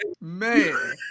Man